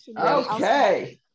okay